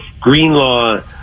Greenlaw